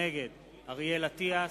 נגד אריאל אטיאס,